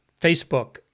Facebook